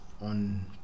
on